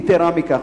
יתירה מכך,